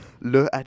Le